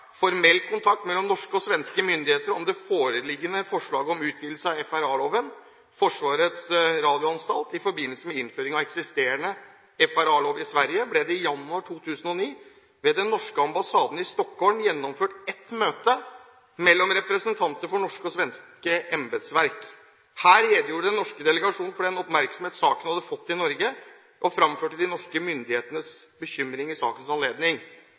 formell kontakt mellom norske og svenske myndigheter om det foreliggende forslaget om utvidelse av FRA-loven . I forbindelse med innføring av eksisterende FRA-lov i Sverige ble det i januar 2009 ved Den norske ambassaden i Stockholm gjennomført et møte mellom representanter for norsk og svensk embetsverk. Her redegjorde den norske delegasjonen for den oppmerksomhet saken hadde fått i Norge og fremførte de norske myndighetenes bekymringer i sakens anledning.